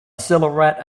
silhouette